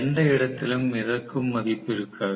எந்த இடத்திலும் மிதக்கும் மதிப்பு இருக்காது